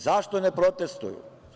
Zašto ne protestvuju?